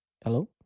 hello